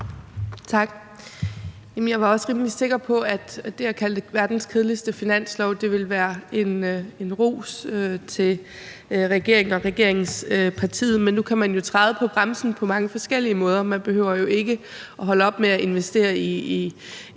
Tak. Jeg er også rimelig sikker på, at det at kalde det verdens kedeligste finanslov vil være en ros til regeringen og regeringspartiet. Men nu kan man jo træde på bremsen på mange forskellige måder – man behøver ikke at holde op med at investere i grøn